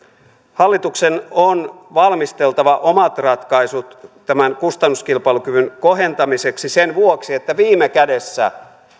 hallituksen on valmisteltava omat ratkaisunsa tämän kustannuskilpailukyvyn kohentamiseksi sen vuoksi että viime kädessä